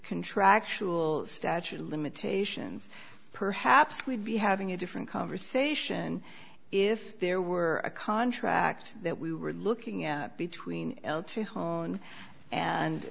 contractual statute of limitations perhaps we'd be having a different conversation if there were a contract that we were looking at between l to hone and